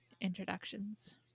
introductions